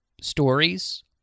stories